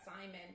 Simon